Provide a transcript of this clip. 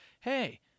hey